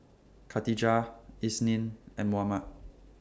Khatijah Isnin and Muhammad